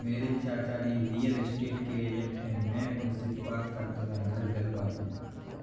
मेरे चाचाजी real estate के एजेंट है मैं उनसे बात कर तुम्हें घर दिलवा दूंगा